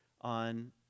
on